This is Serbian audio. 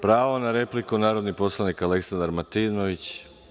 Pravo na repliku, narodni poslanik Aleksandar Martinović.